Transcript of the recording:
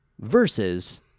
versus